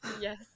Yes